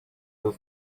yıl